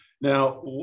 now